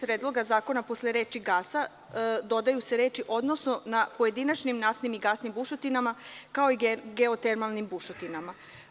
Predloga zakona posle reči: „gasa“ dodaju se reči: „odnosno na pojedinačnim naftnim i gasnim bušotinama kao i geotermalnim bušotinama“